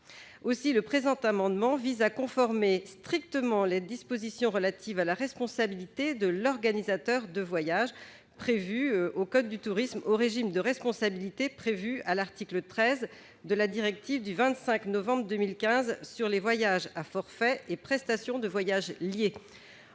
Aussi, le présent amendement vise à conformer strictement les dispositions relatives à la responsabilité de l'organisateur de voyage prévues à l'article L. 211-16 du code du tourisme, au régime de responsabilité prévu à l'article 13 de la directive du 25 novembre 2015 sur les voyages à forfait et prestations de voyage liées.